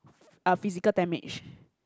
uh physical damage